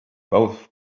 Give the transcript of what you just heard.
both